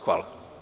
Hvala.